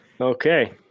Okay